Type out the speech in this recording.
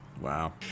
Wow